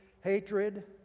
hatred